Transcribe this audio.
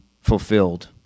fulfilled